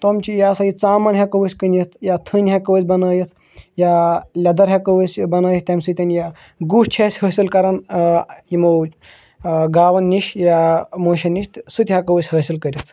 تِم چھِ یہِ ہسا یہِ ژامَن ہیٚکو أسۍ کٕنِتھ یا تھٔنۍ ہیٚکو أسۍ بَنٲیِتھ یا لیٚدَر ہیٚکو أسۍ بَنٲیِتھ تمہِ سۭتۍ یا گُہہ چھِ اَسہِ حٲصِل کَرُن یِمو گاوَن نِش یا موشَن نِش تہٕ سُہ تہِ ہیٚکو أسۍ حٲصِل کٔرِتھ